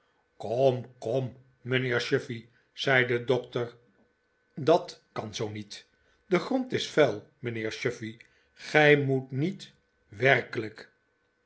kom kom mijnheer chuffey zei de dokter dat kan zoo niet de grond is vuil mijnheer chuffey gij moet niet werkelijk